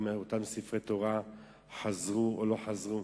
האם אותם ספרי תורה חזרו או לא חזרו.